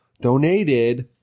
donated